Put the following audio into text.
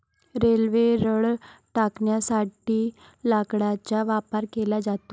railway रुळ टाकण्यासाठी लाकडाचा वापर केला जातो